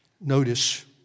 Notice